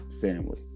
family